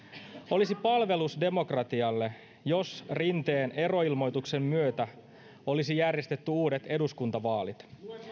olisi palvelus demokratialle jos rinteen eroilmoituksen myötä olisi järjestetty uudet eduskuntavaalit